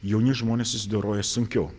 jauni žmonės susidoroja sunkiau